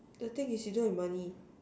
the thing is you don't have money